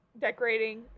decorating